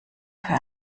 für